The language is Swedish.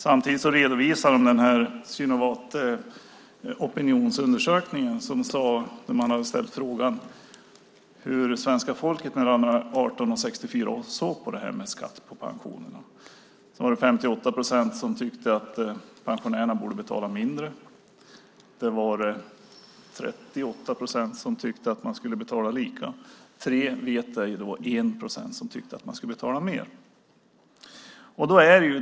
Samtidigt redovisade de den opinionsundersökning som Synovate gjort där de ställt frågan hur svenska folket mellan 18 och 64 år såg på detta med skatt på pensionerna. 58 procent tyckte att pensionärerna borde betala mindre, 38 procent tyckte att de skulle betala lika, 3 procent svarade vet ej och 1 procent tyckte att de skulle betala mer.